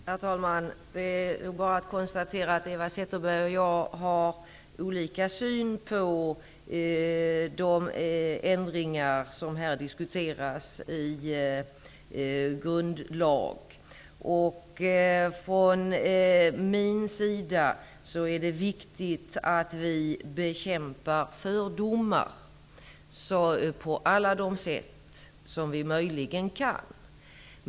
Herr talman! Det är bara att konstatera att Eva Zetterberg och jag har olika syn på de ändringar i grundlagen som här diskuteras. För mig är det viktigt att vi bekämpar fördomar på alla de sätt som vi möjligen kan.